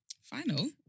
Final